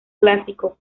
clásico